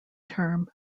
term